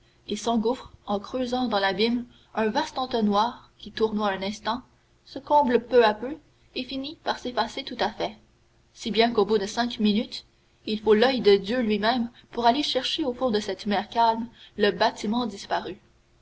et s'engouffre en creusant dans l'abîme un vaste entonnoir qui tournoie un instant se comble peu à peu et finit par s'effacer tout à fait si bien qu'au bout de cinq minutes il faut l'oeil de dieu lui-même pour aller chercher au fond de cette mer calme le bâtiment